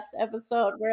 episode